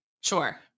Sure